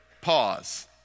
pause